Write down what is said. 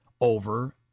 over